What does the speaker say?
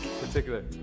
Particular